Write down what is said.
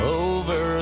over